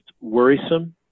worrisome